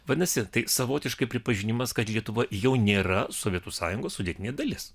vadinasi tai savotiškai pripažinimas kad lietuva jau nėra sovietų sąjungos sudėtinė dalis